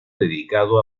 dedicado